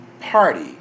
Party